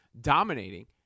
dominating